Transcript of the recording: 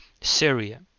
Syria